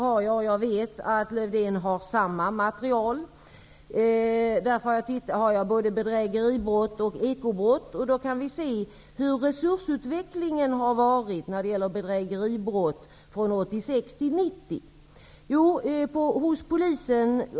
Jag vet att Lars-Erik Lövdén har samma material som jag. Där finns både bedrägeribrott och ekobrott redovisade. Där kan vi se hur resursutvecklingen har varit från 1986--1990 när det gäller bedrägeribrott.